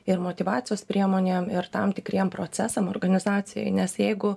ir motyvacijos priemonėm ir tam tikriem procesam organizacijoj nes jeigu